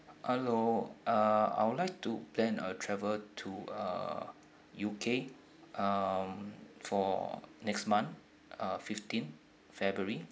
hello uh I would like to plan a travel to uh U_K um for next month uh fifteen february